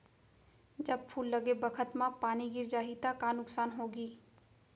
जब फूल लगे बखत म पानी गिर जाही त का नुकसान होगी?